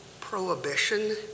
prohibition